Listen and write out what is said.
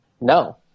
No